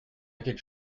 quelque